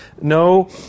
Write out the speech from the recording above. no